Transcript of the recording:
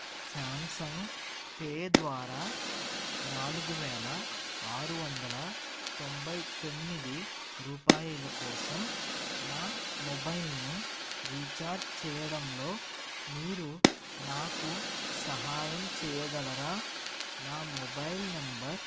Samsung pay ద్వారా నాలుగు వేల ఆరువందల తొంభై తొమ్మిది రూపాయలు కోసం నా మొబైల్ను రీఛార్జ్ చేయడంలో మీరు నాకు సహాయం చేయగలరా నా మొబైల్ నంబర్